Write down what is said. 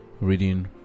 reading